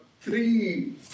three